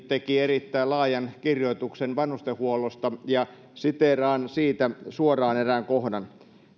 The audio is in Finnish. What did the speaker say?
teki erittäin laajan kirjoituksen vanhustenhuollosta ja siteeraan siitä suoraan erään kohdan